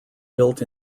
built